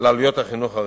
על עלויות החינוך הרגילות.